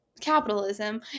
Capitalism